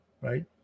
right